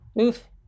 Oof